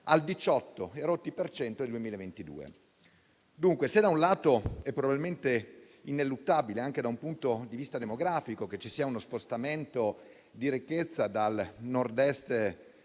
cento del 2022. Dunque, se da un lato è probabilmente ineluttabile, anche da un punto di vista demografico, che ci sia uno spostamento di ricchezza dal Nord-Ovest